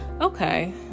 Okay